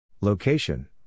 Location